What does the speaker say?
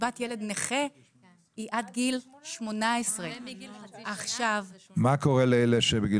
קצבת ילד נכה היא עד גיל 18. גם אם